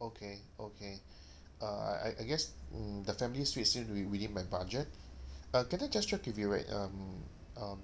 okay okay uh I I guess mm the family suite seem to be within my budget uh can I just check with you right um um